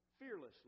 fearlessly